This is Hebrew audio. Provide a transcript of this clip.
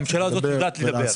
הממשלה הזאת יודעת לדבר,